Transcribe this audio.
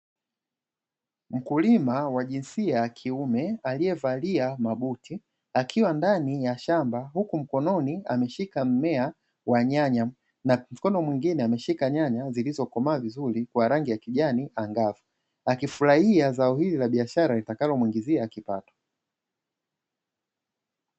Mkulima wa jinsia ya kiume aliyevalia mabuti akiwa ndani ya shamba huku mkononi ameshika mmea wa nyanya na mkono mwingine, ameshika nyanya zilizokomaa vizuri kwa rangi ya kijani angavu akifurahia zao hili la biashara itakayomuingizia kipato.